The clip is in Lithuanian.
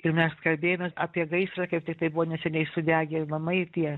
ir mes kalbėjomės apie gaisrą kaip tiktai buvo neseniai sudegę namai tie